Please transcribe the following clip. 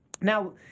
Now